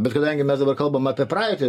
bet kadangi mes dabar kalbam apie praeitį